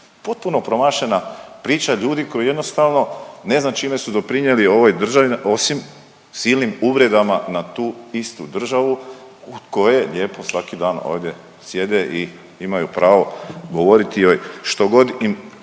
Potpuno promašena priča ljudi koji jednostavno ne znam čime su doprinijeli ovoj državi osim silnim uvredama na tu istu državu u koje lijepo svaki dan ovdje sjede i imaju pravo govoriti joj što god im